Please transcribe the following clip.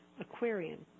Aquarian